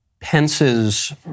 Pence's